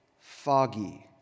foggy